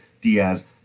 Diaz